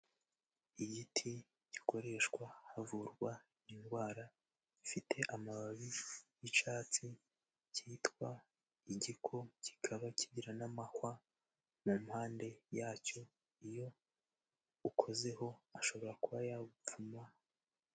Igiti gikoreshwa havurwa indwara, gifite amababi y'icyatsi, cyitwa igiko, kikaba kigira n'amahwa mu mpande yacyo, iyo ukozeho ashobora kuba yagupfuma...